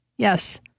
Yes